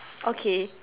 okay